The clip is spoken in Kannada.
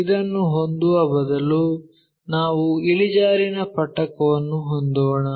ಇದನ್ನು ಹೊಂದುವ ಬದಲು ನಾವು ಇಳಿಜಾರಿನ ಪಟ್ಟಕವನ್ನು ಹೊಂದೋಣ